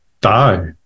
die